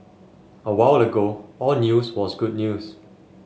a while ago all news was good news